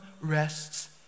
rests